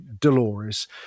Dolores